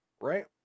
right